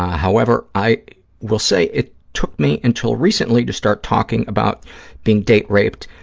however, i will say it took me until recently to start talking about being date raped,